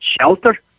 shelter